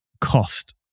cost